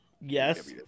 Yes